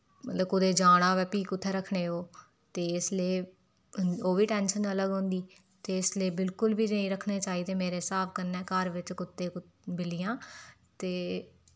मतलब कुदे जाना होवे फ्ही कुत्थे रखने ओ ते इस लेई ओह् बी टेंशन अलग होंदी ते इसलेई बिल्कुल बी नेईं रखने चाहिदे मेरे स्हाब कन्नै घर च कुत्ते बिल्लियां ते